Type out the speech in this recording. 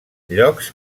llocs